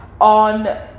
on